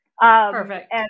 Perfect